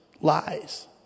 lies